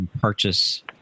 purchase